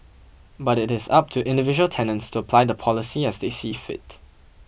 but it is up to individual tenants to apply the policy as they see fit